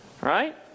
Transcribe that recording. Right